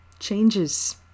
changes